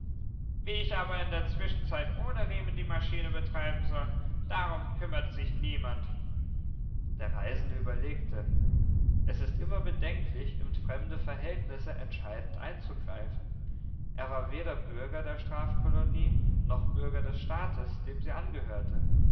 wie ich aber in der zwischenzeit ohne riemen die maschine betreiben soll darum kümmert sich niemand der reisende überlegte es ist immer bedenklich in fremde verhältnisse entscheidend einzugreifen er war weder bürger der strafkolonie noch bürger des staates dem sie angehörte